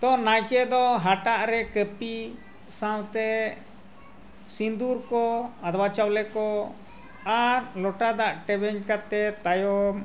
ᱛᱚ ᱱᱟᱭᱠᱮ ᱫᱚ ᱦᱟᱴᱟᱜ ᱨᱮ ᱠᱟᱹᱯᱤ ᱥᱟᱶᱛᱮ ᱥᱤᱸᱫᱩᱨ ᱠᱚ ᱟᱫᱣᱟ ᱪᱟᱣᱞᱮ ᱠᱚ ᱟᱨ ᱞᱚᱴᱟ ᱫᱟᱜ ᱴᱮᱣᱮᱧ ᱠᱟᱛᱮᱫ ᱛᱟᱭᱚᱢ